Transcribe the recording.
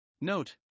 Note